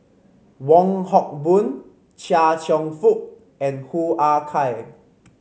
Wong Hock Boon Chia Cheong Fook and Hoo Ah Kay